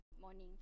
morning